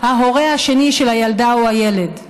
ההורה השני של הילדה או הילד.